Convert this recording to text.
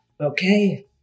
okay